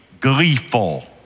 gleeful